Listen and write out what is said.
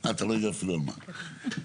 נכון?